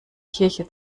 kirche